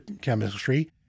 chemistry